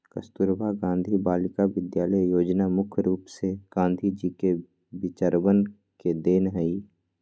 कस्तूरबा गांधी बालिका विद्यालय योजना मुख्य रूप से गांधी जी के विचरवन के देन हई